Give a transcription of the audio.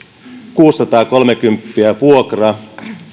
kuusisataakolmekymmentä euroa vuokra